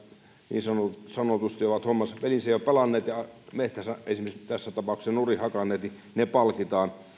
niin sanotusti ovat pelinsä jo pelanneet ja metsänsä esimerkiksi tässä tapauksessa nurin hakanneet palkitaan